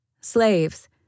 Slaves